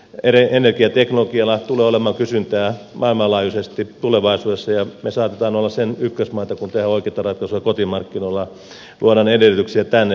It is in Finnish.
energiateknologialla tulee olemaan kysyntää maailmanlaajuisesti tulevaisuudessa ja me saatamme olla sen ykkösmaita kun tehdään oikeita ratkaisuja kotimarkkinoilla luodaan edellytyksiä tänne sille kasvulle